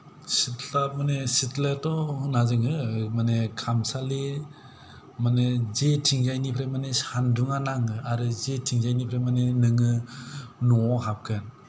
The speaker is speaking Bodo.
सिथ्ला माने सिथ्लाथ' होना जोङो माने खामसालि माने जेथिंजायनिफ्राय माने सान्दुङा नाङो आरो जेथिंजायनिफ्राय माने नोङो न'आव हाबगोन